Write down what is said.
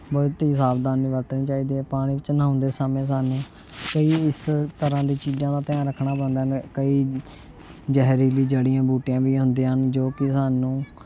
ਬਹੁਤ ਹੀ ਸਾਵਧਾਨੀ ਵਰਤਣੀ ਚਾਹੀਦੀ ਹੈ ਪਾਣੀ ਵਿੱਚ ਨਹਾਉਂਦੇ ਸਮੇਂ ਸਾਨੂੰ ਕਈ ਇਸ ਤਰ੍ਹਾਂ ਦੀ ਚੀਜ਼ਾਂ ਦਾ ਧਿਆਨ ਰੱਖਣਾ ਪੈਂਦਾ ਕਈ ਜ਼ਹਿਰੀਲੀ ਜੜੀਆਂ ਬੂਟੀਆਂ ਵੀ ਹੁੰਦੀਆਂ ਹਨ ਜੋ ਕਿ ਸਾਨੂੰ